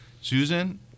susan